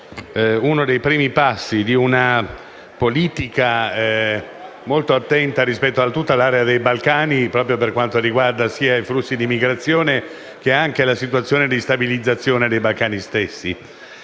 uno dei primi passi di una politica molto attenta rispetto a tutta l'area dei Balcani, sia per quanto riguarda i flussi di migrazione, sia in vista di un processo di stabilizzazione dei Balcani stessi.